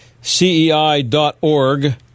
CEI.org